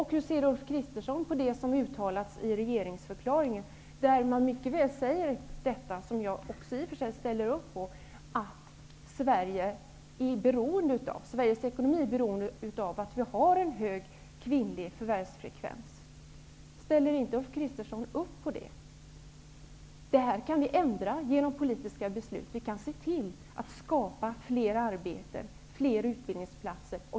Hur ser Ulf Kristersson på det som uttalats i regeringsförklaringen -- och som jag också ställer upp på -- nämligen att Sveriges ekonomi är beroende av att vi har en hög kvinnlig förvärvsfrekvens? Ställer Ulf Kristersson inte upp på det? Genom politiska beslut kan man förändra. Om den politiska viljan finns, kan vi se till att skapa fler arbeten och fler utbildningsplatser.